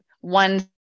one